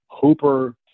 Hooper